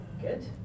good